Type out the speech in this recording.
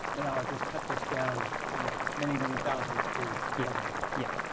now i've just cut this down from many many thousands to a dozen. yeah.